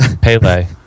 Pele